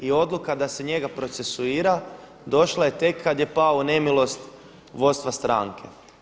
I odluka da se njega procesuira došla je tek kada je pao u nemilost vodstva stranke.